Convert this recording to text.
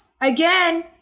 again